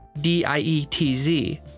D-I-E-T-Z